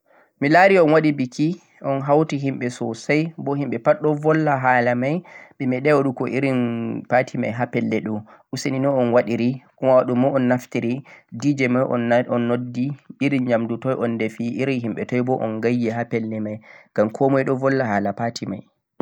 min laari on waɗi biki un hawti himɓe soosay bo himɓe pat ɗo bolla hala may ɓe meeɗay waɗugo irin party may ha pelle ɗo, useni no on waɗiri?, kuma ɗume un naftiri, Dj moy on noddi?, irin nyaamndu toy un defi, irin himɓe toy bo un gayyi?, ngam ko moy ɗo bolla hala party may.